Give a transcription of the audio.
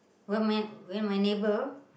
when my when my neighbor